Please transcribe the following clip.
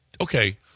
okay